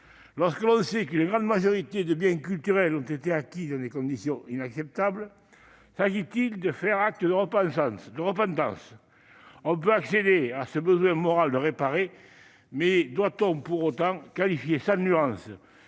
lorsque l'on sait qu'une grande majorité de biens culturels ont été acquis dans des conditions inacceptables, s'agit-il de faire acte de repentance ? On peut accéder à ce besoin moral de réparer, mais doit-on pour autant qualifier sans nuance